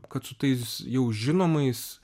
kad su tais jau žinomais